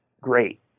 great